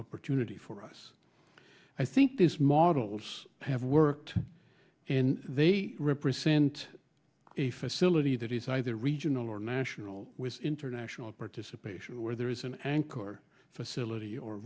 opportunity for us i think these models have worked and they represent a facility that is either regional or national with international participation where there is an anchor facility or